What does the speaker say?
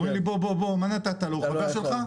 אני מבקש שתיתנו לנו את האפשרות